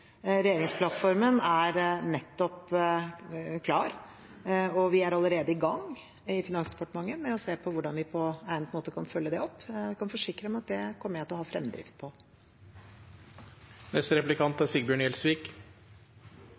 Regjeringsplattformen er nettopp klar, og vi er allerede i gang i Finansdepartementet med å se på hvordan vi på egnet måte kan følge det opp. Jeg kan forsikre om at det kommer jeg til å ha fremdrift på.